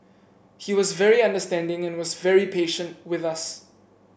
he was very understanding and was very patient with us